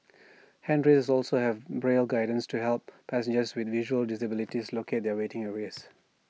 handrails also have braille guidance to help passengers with visual disabilities locate their waiting areas